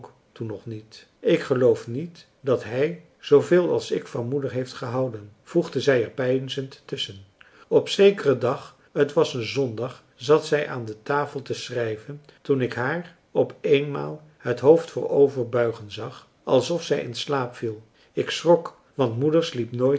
toen nog niet ik geloof niet dat hij zooveel als ik van moeder heeft gehouden voegde zij er peinzend tusschen op zekeren dag t was een zondag zat zij aan de tafel te schrijven toen ik haar op eenmaal het hoofd voorover buigen zag alsof zij in slaap viel ik schrok want moeder sliep nooit